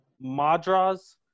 madras